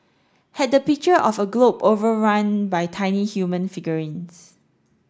had the picture of a globe overrun by tiny human figurines